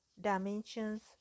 dimensions